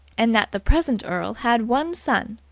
and that the present earl had one son,